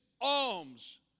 alms